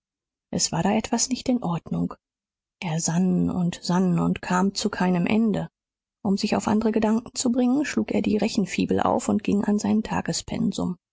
es war da etwas nicht in ordnung er sann und sann und kam zu keinem ende um sich auf andre gedanken zu bringen schlug er die rechenfibel auf und ging an sein